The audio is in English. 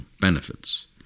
benefits